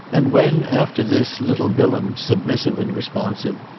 and when after this little bilham, submissive and responsive,